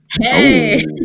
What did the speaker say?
Hey